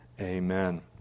Amen